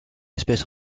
espèce